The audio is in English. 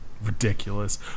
ridiculous